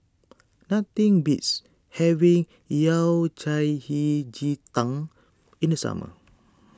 nothing beats having Yao Cai Hei Ji Tang in the summer